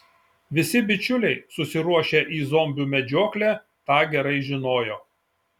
visi bičiuliai susiruošę į zombių medžioklę tą gerai žinojo